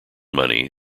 money